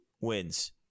wins